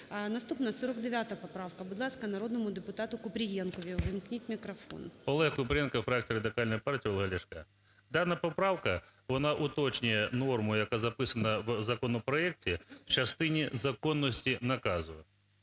Наступна 49 поправка. Будь ласка, народному депутату Купрієнкові увімкніть мікрофон. 13:07:22 КУПРІЄНКО О.В. ОлегКупрієнко, фракція Радикальної партії Олега Ляшка. Дана поправка, вона уточнює норму, яка записана в законопроекті, в частині законності наказу.